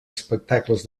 espectacles